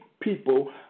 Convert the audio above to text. people